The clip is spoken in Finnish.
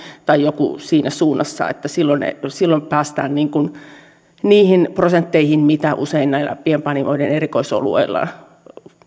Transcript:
tai joku siinä suunnassa voisi olla se raja että silloin päästään niihin prosentteihin mitä usein näillä pienpanimoiden tuottamilla erikoisoluilla